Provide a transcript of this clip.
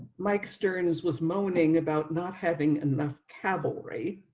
mike stern is was moaning about not having enough capital, right.